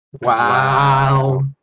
Wow